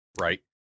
right